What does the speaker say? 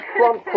Trump